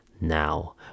now